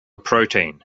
protein